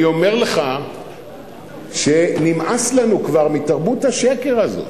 אני אומר לך שנמאס לנו כבר מתרבות השקר הזאת.